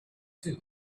too